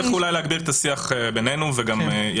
זה משהו שנצטרך לחשוב בינינו איך מטייבים את זה.